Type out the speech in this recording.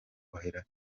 kuhira